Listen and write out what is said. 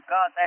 God